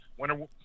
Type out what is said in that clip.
winner